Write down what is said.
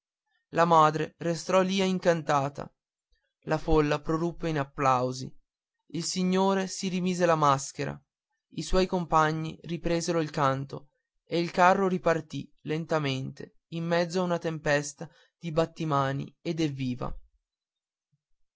la madre restò lì come incantata la folla proruppe in applausi il signore si rimise la maschera i suoi compagni ripresero il canto e il carro ripartì lentamente in mezzo